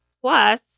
plus